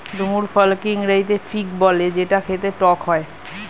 ডুমুর ফলকে ইংরেজিতে ফিগ বলে যেটা খেতে টক হয়